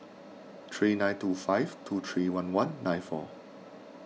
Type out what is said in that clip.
three nine two five two three one one nine four